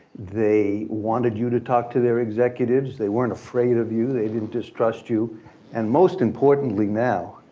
they wanted you to talk to their executives. they weren't afraid of you, they didn't distrust you and most importantly now,